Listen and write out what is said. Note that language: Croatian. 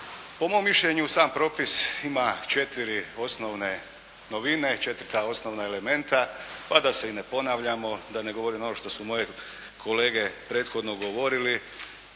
Po mom mišljenju sam propis ima 4 osnovne novine, 4 ta osnovna elementa pa da se i ne ponavljamo, da ne govorim ono što su moje kolege prethodno govorili